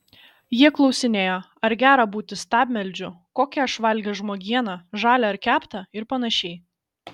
jie klausinėjo ar gera būti stabmeldžiu kokią aš valgęs žmogieną žalią ar keptą ir panašiai